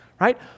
Right